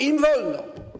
Im wolno.